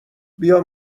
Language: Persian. بیا